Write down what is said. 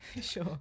Sure